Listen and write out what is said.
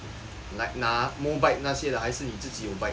like 拿 Mobike 那些的还是你自己有 bike